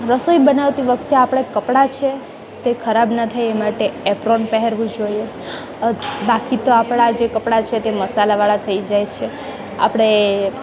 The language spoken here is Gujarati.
રસોઈ બનાવતી વખતે આપણે કપડા છે તે ખરાબ ના થાય એ માટે એપ્રોન પહેરવું જોઈએ બાકી તો આપણા જે કપડા છે તે મસાલાવાળા થઈ જાય છે આપણે